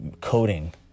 coding